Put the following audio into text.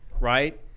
right